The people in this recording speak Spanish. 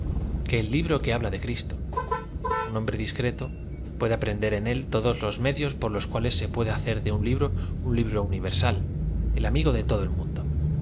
que el libro que habla de cristo un hombre discreto puede aprender en él todos los medios por los cuales se puede hacer de un libro un libro universal el amigo de todo el mundo